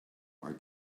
are